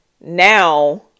now